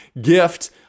gift